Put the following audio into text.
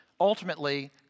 ultimately